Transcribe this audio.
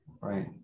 right